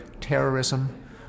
terrorism